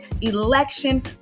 election